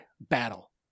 Battle